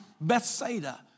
Bethsaida